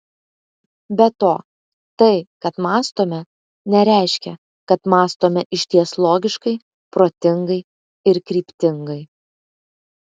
be to tai kad mąstome nereiškia kad mąstome išties logiškai protingai ir kryptingai